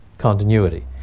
continuity